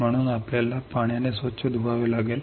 म्हणून आपल्याला पाण्याने स्वच्छ धुवावे लागेल